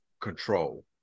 control